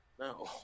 No